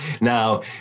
Now